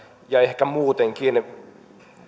ehkä muutenkin